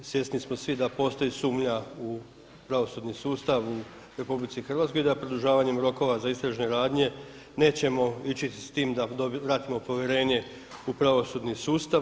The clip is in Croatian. Svjesni smo svi da postoji sumnja u pravosudni sustav u RH i da produžavanjem rokova za istražne radnje nećemo ići s tim da vratimo povjerenje u pravosudni sustav.